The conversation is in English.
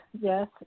Yes